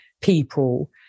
people